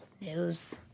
news